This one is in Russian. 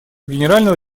генерального